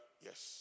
Yes